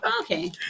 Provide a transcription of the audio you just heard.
Okay